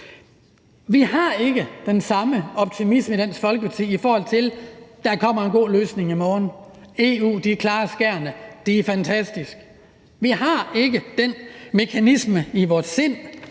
Vi har ikke den samme optimisme i Dansk Folkeparti, i forhold til om der kommer en god løsning i morgen, i forhold til om fantastiske EU klarer skærene. Vi har ikke den optimisme i vores sind,